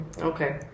Okay